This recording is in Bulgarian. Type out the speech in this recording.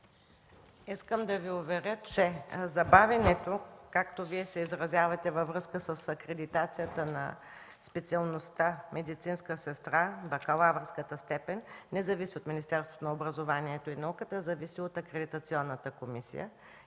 Искам да Ви уверя, че забавянето, както Вие се изразявате, във връзка с акредитацията на специалността „медицинска сестра”, бакалавърската степен не зависи от Министерството на образованието и науката, зависи от Акредитационната комисия.